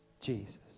Jesus